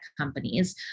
companies